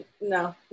no